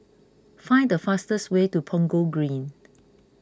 find the fastest way to Punggol Green